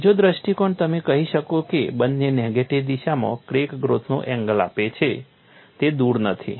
બીજો દૃષ્ટિકોણ તમે કહી શકો કે બંને નેગેટિવ દિશામાં ક્રેક ગ્રોથનો એંગલ આપે છે તે દૂર નથી